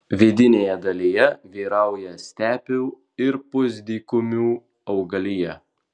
vidinėje dalyje vyrauja stepių ir pusdykumių augalija